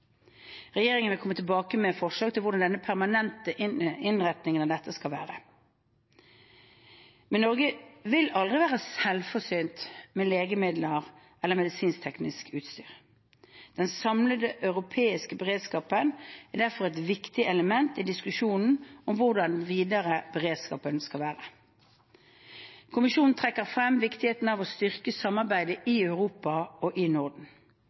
Regjeringen vil komme tilbake med forslag til hvordan den permanente innretningen av dette skal være. Norge vil aldri være selvforsynt med legemidler eller medisinsk-teknisk utstyr. Den samlede europeiske beredskapen er derfor et viktig element i diskusjonen om hvordan den videre beredskapen skal være. Kommisjonen trekker frem viktigheten av å styrke samarbeidet i Europa og i Norden.